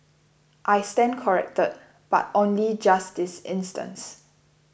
I stand corrected but only just this instance